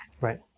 Right